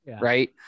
right